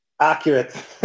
Accurate